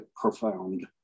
profound